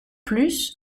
plus